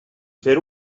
fer